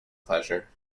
pleasure